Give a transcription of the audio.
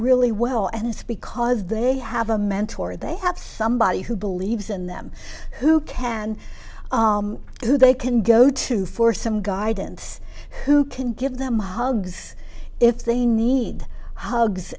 really well and it's because they they have a mentor they have somebody who believes in them who can who they can go to for some guidance who can give them the hugs if they need hugs